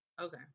Okay